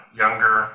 younger